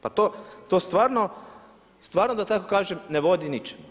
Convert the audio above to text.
Pa to stvarno da tako kažem ne vodi ničemu.